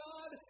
God